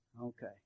Okay